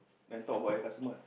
then talk about your customer ah